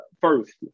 first